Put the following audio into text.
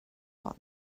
hon